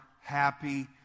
happy